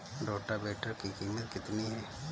Rotavator की कीमत कितनी है?